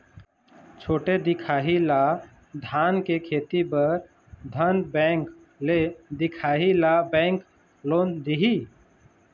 छोटे दिखाही ला धान के खेती बर धन बैंक ले दिखाही ला बैंक लोन दिही?